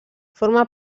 forma